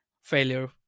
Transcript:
failure